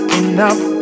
enough